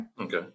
Okay